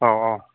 औ औ